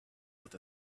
with